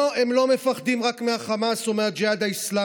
לא, הם לא מפחדים רק מהחמאס או מהג'יהאד האסלאמי,